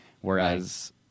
Whereas